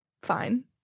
fine